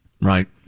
Right